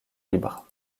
libre